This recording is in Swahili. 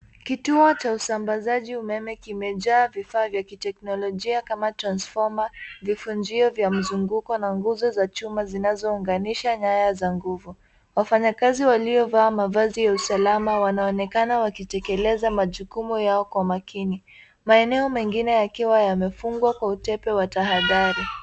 Kituo cha usambazaji umeme kimejaa vifaa vya kiteknolojia kama transfoma, vivunjio vya mzunguko na nguzo za chuma zinazounganishwa nyaya za nguvu. Wafanyikazi waliovaa mavazi ya usalama wanaonekana wakitekeleza majukumu yao kwa makini , maeneo mengine yakiwa yamefungwa kwa utepe wa tahadhari.